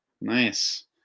Nice